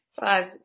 five